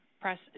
press